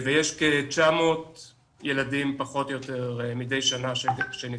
יש כ-900 ילדים פחות ילדים שנפטרים מדי שנה.